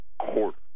quarter